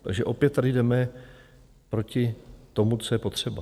Takže opět tady jdeme proti tomu, co je potřeba.